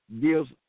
gives